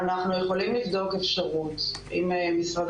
אנחנו יכולים לבדוק אפשרות עם משרד